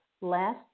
last